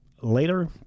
later